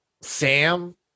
Sam